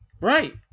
Right